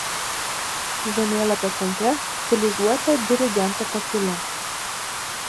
žemėlapio centre stilizuota dirigento pakyla